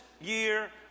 year